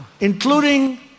including